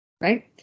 right